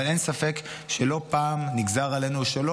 אבל אין ספק שלא פעם נגזר עלינו שלא